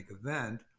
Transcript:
event